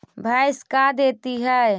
भैंस का देती है?